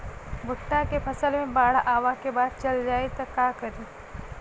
भुट्टा के फसल मे बाढ़ आवा के बाद चल जाई त का करी?